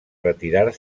retirar